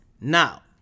Now